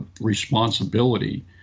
responsibility